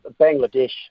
Bangladesh